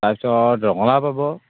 তাৰপিছত ৰঙালাও পাব